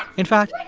in fact,